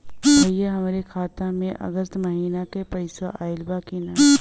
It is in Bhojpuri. भईया हमरे खाता में अगस्त महीना क पैसा आईल बा की ना?